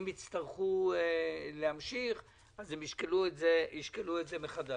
אם יצטרכו להמשיך, ישקלו את זה מחדש.